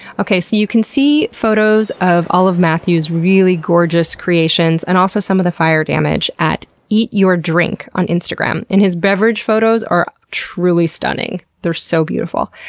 okay, so you can see photos of all of matthew's really gorgeous creations and also some of the fire damage at eatyourdrink on instagram. and his beverage photos are truly stunning. they're so beautiful.